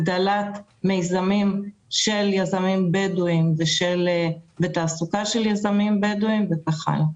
הגדלת מיזמים של יזמים בדואים ותעסוקה של יזמים בדואים וכך הלאה.